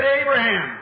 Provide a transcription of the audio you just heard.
Abraham